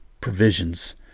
provisions